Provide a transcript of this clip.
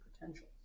potential